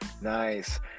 Nice